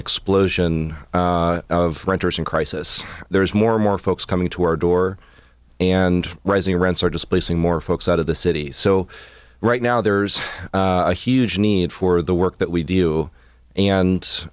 explosion of renters in crisis there is more and more folks coming to our door and rising rents are displacing more folks out of the city so right now there's a huge need for the work that we do